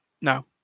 No